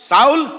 Saul